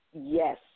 Yes